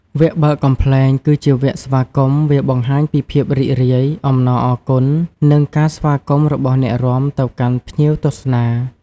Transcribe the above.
វគ្គបើកកំប្លែង គឺជាវគ្គស្វាគមន៍ វាបង្ហាញពីភាពរីករាយ អំណរអគុណ និង ការស្វាគមន៍របស់អ្នករាំទៅកាន់ភ្ញៀវទស្សនា។